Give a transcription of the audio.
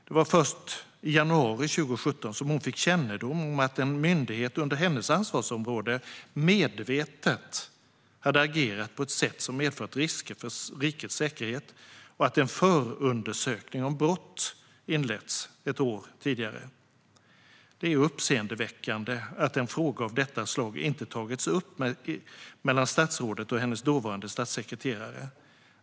Det var först i januari 2017 som hon fick kännedom om att en myndighet under hennes ansvarsområde medvetet hade agerat på ett sätt som medfört risker för rikets säkerhet och att en förundersökning om brott hade inletts ett år tidigare. Det är uppseendeväckande att en fråga av detta slag inte togs upp mellan statsrådet och hennes dåvarande statssekreterare.